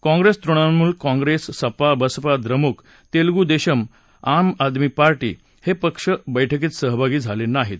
काँग्रेस तृणमूल काँग्रेस सपा बसपा द्रमुक तेलगू देसम आणि आम आदमी पार्टी हे पक्ष बैठकीत सहभागी झाले नाहीत